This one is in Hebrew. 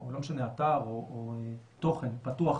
משנה, אתר או תוכן פתוח